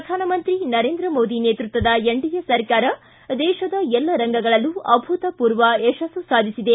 ಪ್ರಧಾನಮಂತ್ರಿ ನರೇಂದ್ರ ಮೋದಿ ನೇತೃತ್ವದ ಎನ್ಡಿಎ ಸರ್ಕಾರ ದೇತದ ಎಲ್ಲ ರಂಗಗಳಲ್ಲೂ ಅಭೂತಪೂರ್ವ ಯಶಸ್ತು ಸಾಧಿಸಿದೆ